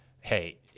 hey